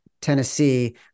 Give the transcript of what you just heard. Tennessee